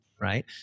right